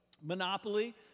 Monopoly